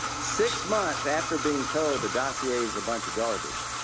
six months after being told the dossier is a bunch of garbage